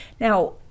Now